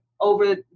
over